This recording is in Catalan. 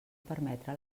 permetre